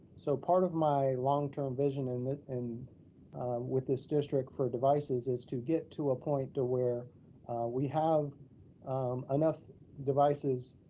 so part of my long-term vision and and with this district for devices is to get to a point to where we have enough devices.